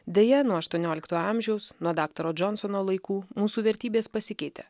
deja nuo aštuoniolikto amžiaus nuo daktaro džonsono laikų mūsų vertybės pasikeitė